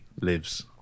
lives